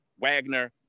Wagner